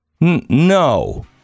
No